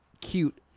cute